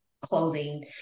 clothing